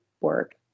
work